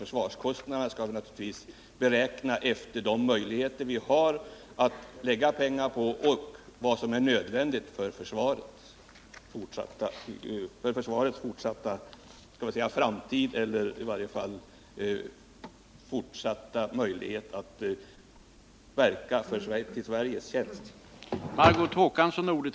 Försvarskostnaderna skall naturligtvis beräknas efter de möjligheter vi har att anslå pengar och efter vad som är nödvändigt för försvarets fortsatta möjligheter att verka i Sveriges tjänst.